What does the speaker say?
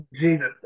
Jesus